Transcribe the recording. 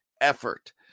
effort